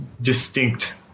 distinct